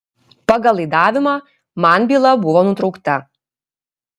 pagal laidavimą man byla buvo nutraukta